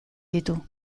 ditu